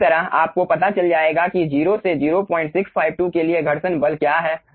इसी तरह आपको पता चल जाएगा कि 0 से 0652 के लिए घर्षण बल क्या है